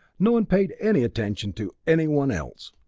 no one paid any attention to anyone else.